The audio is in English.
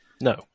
No